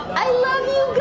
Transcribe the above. i love you